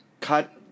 cut